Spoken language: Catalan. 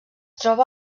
troba